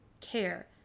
care